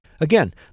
Again